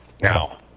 Now